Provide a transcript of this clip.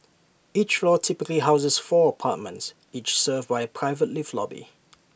each floor typically houses four apartments each served by A private lift lobby